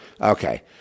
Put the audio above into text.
Okay